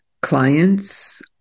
clients